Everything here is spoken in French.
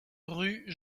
rue